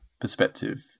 perspective